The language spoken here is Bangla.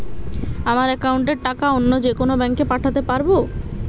আমার একাউন্টের টাকা অন্য যেকোনো ব্যাঙ্কে পাঠাতে পারব?